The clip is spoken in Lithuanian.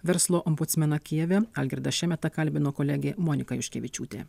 verslo ombudsmeną kijeve algirdą šemetą kalbino kolegė monika juškevičiūtė